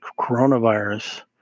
coronavirus